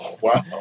wow